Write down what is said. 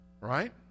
Right